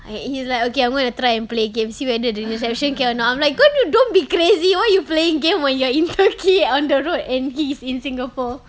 e~ he's like okay I'm gonna try and play games see whether the reception can or not I'm like can't you don't be crazy why you playing game when you're in turkey on the road and he's in singapore